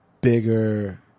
bigger